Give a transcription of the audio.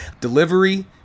Delivery